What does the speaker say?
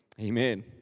amen